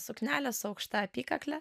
suknelę su aukšta apykakle